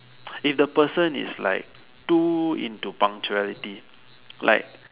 if the person is like too into punctuality like